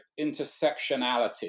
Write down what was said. intersectionality